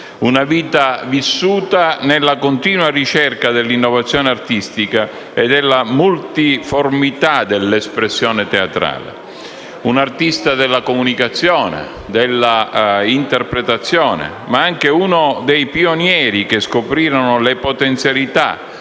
Ha vissuto nella continua ricerca dell'innovazione artistica e della multiformità dell'espressione teatrale. Era un artista della comunicazione e dell'interpretazione, ma anche uno dei pionieri che scoprirono le potenzialità